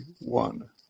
one